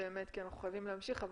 כי אנחנו חייבים להמשיך,